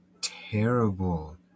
terrible